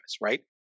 right